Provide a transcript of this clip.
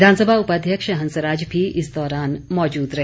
विधानसभा उपाध्यक्ष हंसराज भी इस दौरान मौजूद रहे